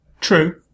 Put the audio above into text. True